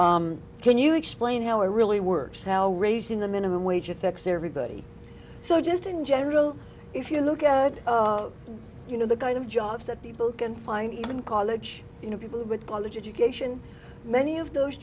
away can you explain how it really works how raising the minimum wage affects everybody so just in general if you look at you know the kind of jobs that people can find even college you know people with college education many of those